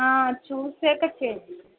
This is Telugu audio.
ఆ చూసాక చేయండి